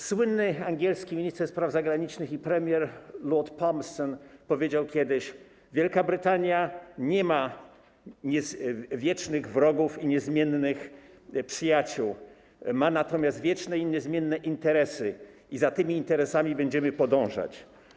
Słynny angielski minister spraw zagranicznych i premier lord Palmerston powiedział kiedyś: Wielka Brytania nie ma wiecznych wrogów i niezmiennych przyjaciół, ma natomiast wieczne i niezmienne interesy i za tymi interesami będziemy podążać.